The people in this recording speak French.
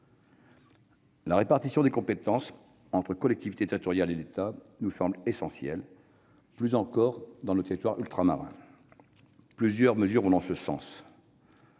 répartition des compétences entre les collectivités territoriales et l'État nous semble essentielle, plus encore dans nos territoires ultramarins. Plusieurs mesures vont dans ce sens.